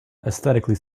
aesthetically